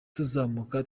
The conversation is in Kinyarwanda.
tuzamuka